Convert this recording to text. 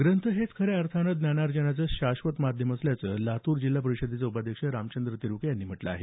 ग्रंथ हेच खऱ्या अर्थानं ज्ञानार्जनाचे शाश्वत माध्यम असल्याचं लातूर जिल्हा परिषदेचे उपाध्यक्ष रामचंद तिरुके यांनी म्हटलं आहे